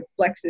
flexes